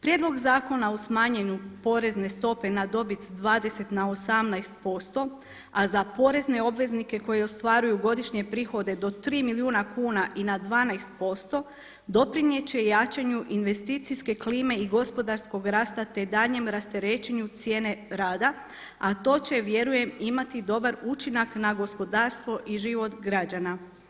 Prijedlog zakona o smanjenju porezne stope na dobit sa 20 na 18%, a za porezne obveznike koji ostvaruju godišnje prihode do 3 milijuna kuna i na 12% doprinijet će jačanju investicijske klime i gospodarskog rasta, te daljnjem rasterećenju cijene rada, a to će vjerujem imati dobar učinak na gospodarstvo i život građana.